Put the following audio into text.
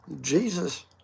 Jesus